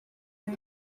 are